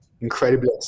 incredibly